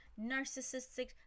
narcissistic